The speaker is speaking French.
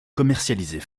commercialisés